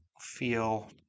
feel